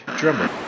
drummer